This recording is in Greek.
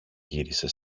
γύρισε